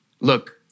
Look